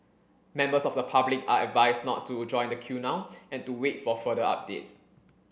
members of the public are advised not to join the queue now and to wait for further updates